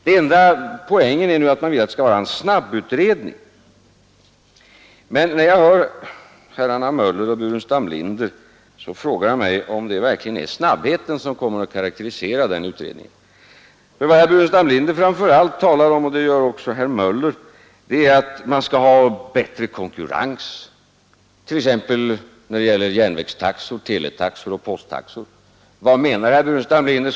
Den enda poängen är nu att man vill att det skall vara en snabbutredning. Men när jag hör herrarna Möller och Burenstam Linder så frågar jag mig om det verkligen är snabbheten som kommer att karakterisera den utredningen, för vad herr Burenstam Linder talar om — och det gör också herr Möller — är att man skall ha bättre konkurrens t.ex. när det gäller järnvägstaxor, teletaxor och posttaxor. Vad menar herr Burenstam Linder?